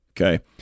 Okay